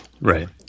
Right